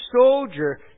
soldier